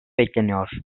bekleniyor